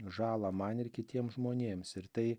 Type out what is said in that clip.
žalą man ir kitiems žmonėms ir tai